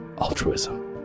altruism